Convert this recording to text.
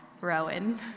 Rowan